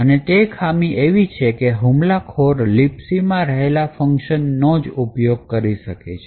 અને તે ખામી એવી છે કે હુમલાખોર libc માં રહેલ ફંકશન નો જ ઉપયોગ કરી શકે છે